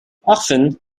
often